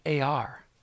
AR